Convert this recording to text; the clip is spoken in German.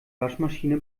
waschmaschine